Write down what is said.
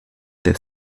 their